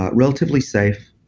ah relatively safe.